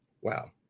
Wow